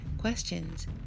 questions